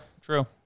true